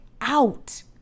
out